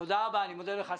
תודה רבה, אני מודה לך.